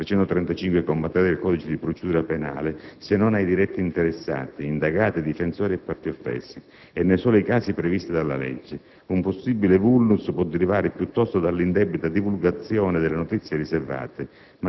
335, comma 3, del codice di procedura penale, se non ai diretti interessati (indagati, difensori e parti offese) e nei soli casi previsti dalla legge. Un possibile *vulnus* può derivare piuttosto dalla indebita divulgazione delle notizie riservate,